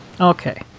okay